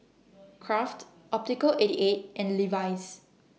Kraft Optical eighty eight and Levis